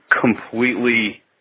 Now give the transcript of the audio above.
completely